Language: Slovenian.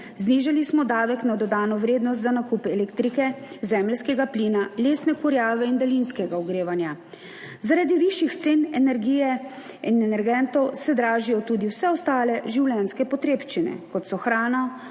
znižali smo davek na dodano vrednost za nakup elektrike, zemeljskega plina, lesne kurjave in daljinskega ogrevanja. Zaradi višjih cen energije in energentov se dražijo tudi vse ostale življenjske potrebščine, kot so hrana,